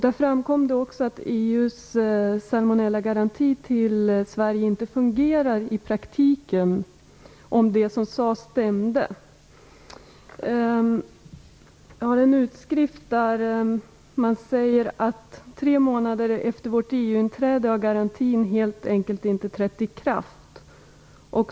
Där framkom också att EU:s garanti om salmonellafritt kött till Sverige inte fungerar i praktiken, om det som sades stämde. Det sades bl.a. att garantin, tre månader efter vårt EU-inträde, helt enkelt inte har trätt i kraft.